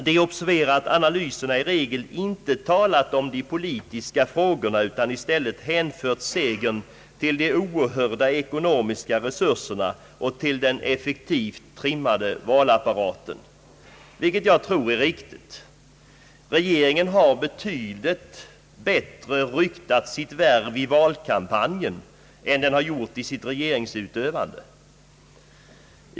Det är att observera att analyserna i regel inte talat om de politiska frågorna utan i stället hänfört segern till de oerhörda ekonomiska resurserna och till den effektivt trimmade valapparaten, vilket jag tror är riktigt. Regeringen har betydligt bättre ryktat sitt värv i valkampanjen än den har gjort i sitt regeringsutövande.